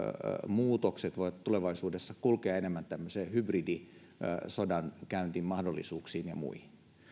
muutokset voivat tulevaisuudessa kulkea enemmän tämmöisen hybridisodankäynnin mahdollisuuksiin ja muihin